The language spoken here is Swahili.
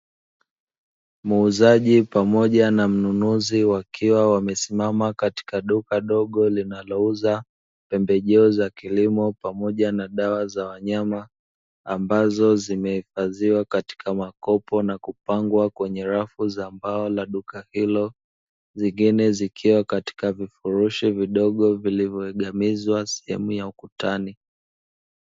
Muuzaji pamoja na mnunuzi wakiwa wamesimama katika duka dogo linalouza pembejeo za kilimo pamoja na dawa za wanyama, ambazo zimehifadhiwa katika makopo na kupangwa kwenye rafu za mbao la duka hilo, zingine zikiwa katika vifirushi vidogo vilivyoegamizwa sehemu ya ukutani.